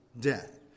death